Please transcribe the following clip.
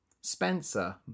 Spencer